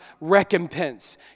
recompense